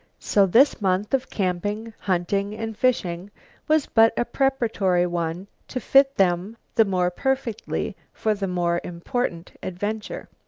so this month of camping, hunting and fishing was but a preparatory one to fit them the more perfectly for the more important adventure.